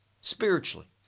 spiritually